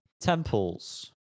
Temples